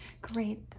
Great